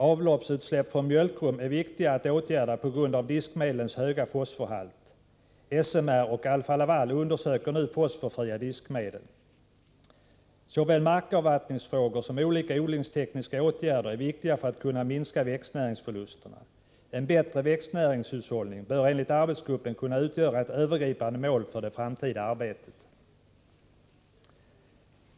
Avloppsutsläppen från mjölkrum är viktiga att åtgärda på grund av diskmedlens höga fosforhalt. SMR och Alfa Laval undersöker nu fosforfria diskmedel. Såväl markavvattningsfrågor som olika odlingstekniska åtgärder är viktiga för att kunna minska växtnäringsförlusterna. En bättre växtnäringshushållning bör enligt arbetsgruppen kunna utgöra ett övergripande mål för det framtida arbetet.